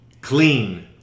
clean